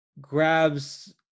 grabs